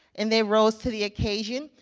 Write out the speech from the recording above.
and they rose to the occasion.